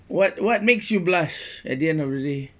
what what makes you blush at the end of the day